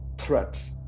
threats